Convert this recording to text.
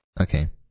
Okay